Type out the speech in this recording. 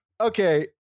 Okay